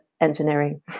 engineering